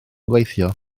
gweithio